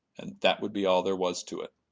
and that would be all there was to it.